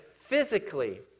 physically